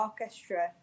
orchestra